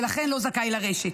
ולכן לא זכאי לרשת.